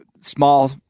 small